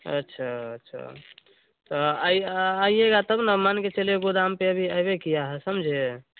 अच्छा अच्छा तो आइये आइएगा तब न मान कर चलिए गोदाम पर अभी अइबे किया है समझे